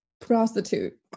prostitute